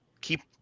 keep